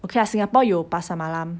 okay lah singapore 有 pasar malam